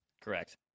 Correct